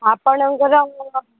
ଆପଣଙ୍କର